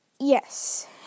yes